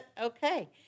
Okay